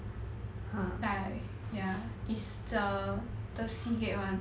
like ya is the seagate one